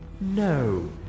No